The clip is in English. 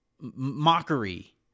mockery